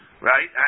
right